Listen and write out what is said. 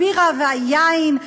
הבירה והיין,